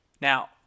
now